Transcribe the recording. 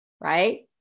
right